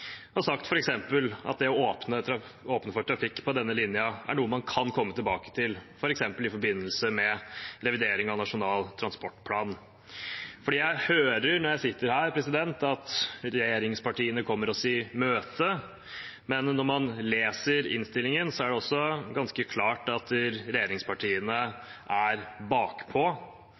denne linjen er noe man kan komme tilbake til, f.eks. i forbindelse med revidering av Nasjonal transportplan. Det jeg hører når jeg sitter her, er at regjeringspartiene kommer oss i møte, men når man leser innstillingen, er det ganske klart at regjeringspartiene er